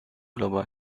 global